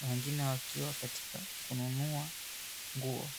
na wengine wakiwa katika kununua nguo.